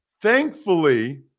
Thankfully